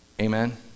Amen